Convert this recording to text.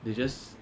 they just you ever